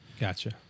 Gotcha